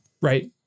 right